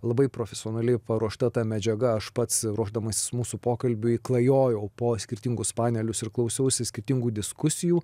labai profesionaliai paruošta ta medžiaga aš pats ruošdamasis mūsų pokalbiui klajojau po skirtingus panelius ir klausiausi skirtingų diskusijų